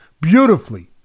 Beautifully